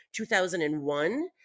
2001